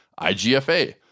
IGFA